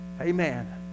Amen